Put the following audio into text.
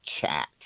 chat